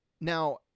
now